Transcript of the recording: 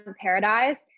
Paradise